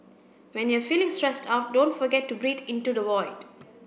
when you are feeling stressed out don't forget to breathe into the void